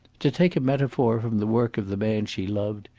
to take a metaphor from the work of the man she loved,